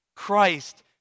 Christ